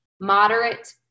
moderate